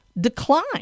decline